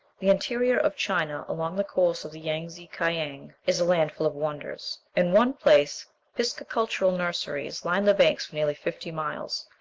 the interior of china, along the course of the yang-tse-kiang, is a land full of wonders. in one place piscicultural nurseries line the banks for nearly fifty miles.